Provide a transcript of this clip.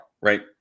right